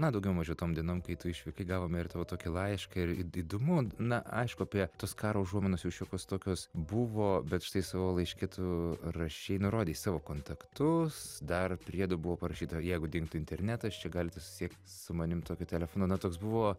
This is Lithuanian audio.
na daugiau mažiau tom dienom kai tu išvykai gavome ir tavo tokį laišką ir įdomu na aišku apie tos karo užuominos jau šiokios tokios buvo bet štai savo laiške tu rašei nurodei savo kontaktus dar priedo buvo parašyta jeigu dingtų internetas čia galite susisiek su manim tokiu telefonu na toks buvo